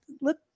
look